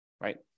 right